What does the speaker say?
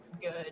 good